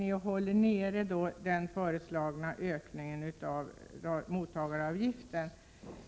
Numera håller ni nere den föreslagna ökningen av mottagaravgiften.